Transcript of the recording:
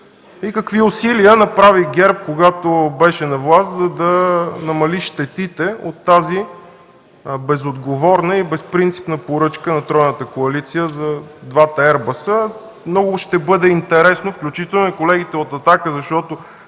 и какви усилия направи ГЕРБ, когато беше на власт, за да намали щетите от тази безотговорна и безпринципна поръчка на тройната коалиция за двата еърбъса. Много ще бъде интересно, включително на колегите от „Атака”, защото